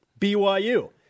BYU